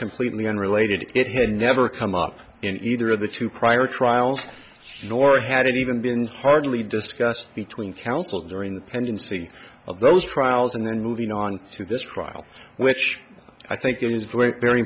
completely unrelated it had never come up in either of the two prior trials nor had even been hardly discussed between counsel during the pendency of those trials and then moving on through this trial which i think is very